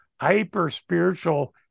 hyper-spiritual